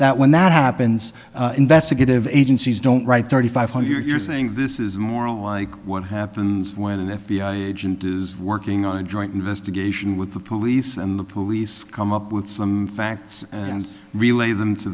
that when that happens investigative agencies don't write thirty five hundred you're saying this is more like what happens when an f b i agent is working on a joint investigation with the police and the police come up with some facts and rela